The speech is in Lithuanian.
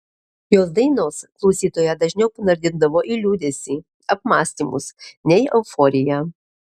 jos dainos klausytoją dažniau panardindavo į liūdesį apmąstymus nei euforiją